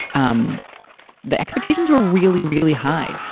um the expectations were really, really high.